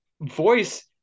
voice